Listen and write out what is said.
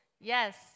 Yes